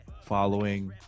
following